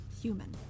human